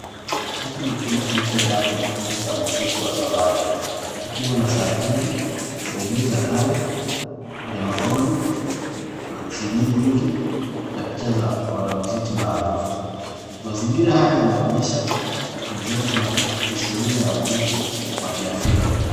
Hiki ni chumba kilichojaa kumbukumbu za muziki wa zamani. Kikiwa na santuri, redio za kale, gramafoni, na cd nyingi, na picha za wanamziki maarufu. Mazingira haya yanaonyesha, utunzaji wa historia ya muziki wa kiafrika.